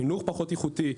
מחינוך פחות איכותי,